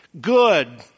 good